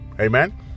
Amen